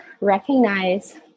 recognize